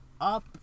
up